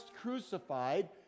crucified